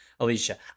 Alicia